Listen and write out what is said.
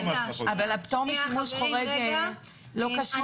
הפטור משימוש חורג לא קשור לזה.